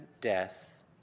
death